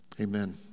Amen